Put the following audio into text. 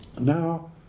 Now